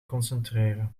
concentreren